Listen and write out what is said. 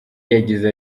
yagize